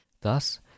thus